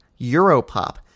Europop